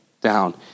down